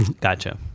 Gotcha